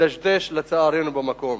מדשדש לצערנו במקום.